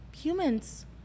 humans